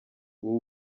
ubu